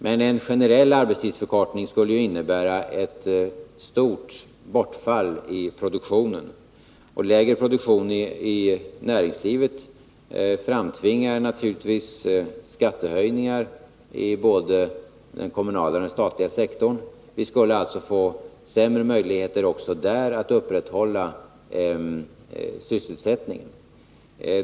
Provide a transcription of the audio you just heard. Men en generell arbetstidsförkortning skulle ju innebära ett stort bortfall i produktionen, och lägre produktion i näringslivet framtvingar naturligtvis skattehöjningar i både den kommunala och den statliga sektorn. Vi skulle alltså också där få sämre möjligheter att upprätthålla sysselsättningen.